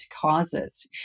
causes